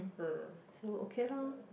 uh so okay lor